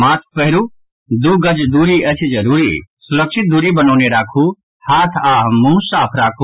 mask पहिरू दू गज दूरी अछि जरूरी सुरक्षित दूरी बनौने राखू हाथ आ मुंह साफ राखू